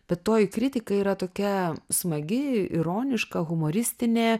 bet toji kritika yra tokia smagi ironiška humoristinė